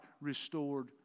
restored